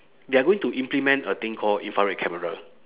they are going to implement a thing called infrared camera